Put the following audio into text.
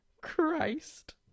Christ